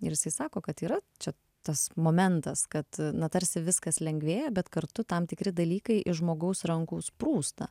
ir jisai sako kad yra čia tas momentas kad na tarsi viskas lengvėja bet kartu tam tikri dalykai iš žmogaus rankų sprūsta